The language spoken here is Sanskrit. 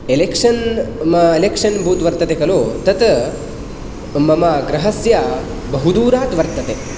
एलेक्षन् एलेक्षन् बूत् वर्तते खलु तत् मम गृहस्य बहु दूरात् वर्तते